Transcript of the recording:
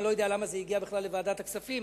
אני לא יודע למה זה הגיע בכלל לוועדת הכספים,